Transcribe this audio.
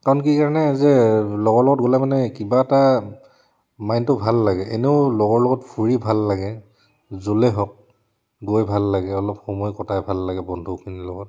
কাৰণ কি কাৰণে যে লগৰ লগত গ'লে মানে কিবা এটা মাইণ্ডটো ভাল লাগে এনেও লগৰ লগত ফুৰি ভাল লাগে য'লে হওক গৈ ভাল লাগে অলপ সময় কটাই ভাল লাগে বন্ধুখিনিৰ লগত